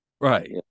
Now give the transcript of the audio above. Right